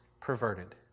perverted